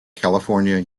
california